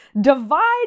Divide